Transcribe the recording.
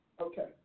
Okay